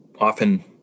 often